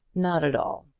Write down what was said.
not at all.